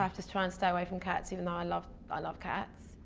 um just try and stay away from cats even though i love i love cats.